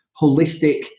holistic